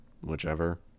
Whichever